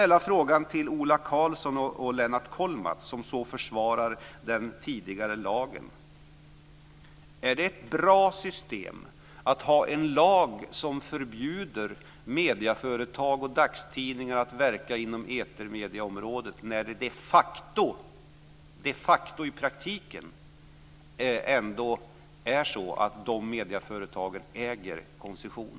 Lennart Kollmats, som så försvarar den tidigare lagen: Är det ett bra system att ha en lag som förbjuder medieföretag och dagstidningar att verka inom etermedieområdet när dessa medieföretag ändå de facto, i praktiken, äger koncession?